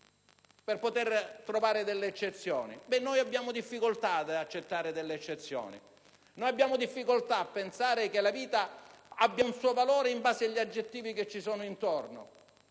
riuscire a trovare delle eccezioni. Noi abbiamo difficoltà ad accettare eccezioni. Abbiamo difficoltà a pensare che la vita abbia un suo valore in base agli aggettivi che ci sono intorno.